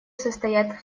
состоят